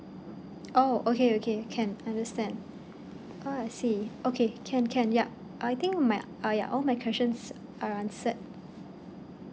oh okay okay can understand oh I see okay can can yup I think my ah yeah all my questions are answered